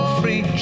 free